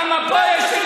מי אתה בכלל?